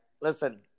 listen